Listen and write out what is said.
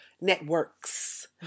networks